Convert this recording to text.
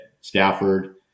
Stafford